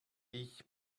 ich